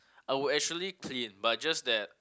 I would actually clean but just that